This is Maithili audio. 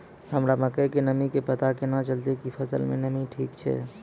हमरा मकई के नमी के पता केना चलतै कि फसल मे नमी ठीक छै?